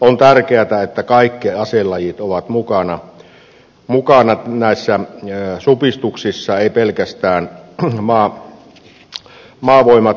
on tärkeätä että kaikki aselajit ovat mukana näissä supistuksissa ei pelkästään maavoimat